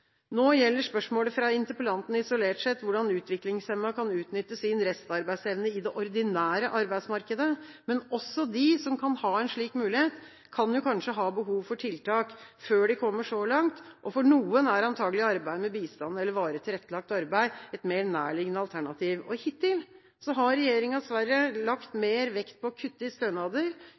Nå gjelder spørsmålet fra interpellanten isolert sett hvordan utviklingshemmede kan utnytte sin restarbeidsevne i det ordinære arbeidsmarkedet, men også de som kan ha en slik mulighet, kan jo kanskje ha behov for tiltak før de kommer så langt, og for noen er antakelig arbeid med bistand eller varig tilrettelagt arbeid et mer nærliggende alternativ. Hittil har regjeringa dessverre lagt mer vekt på å kutte i stønader,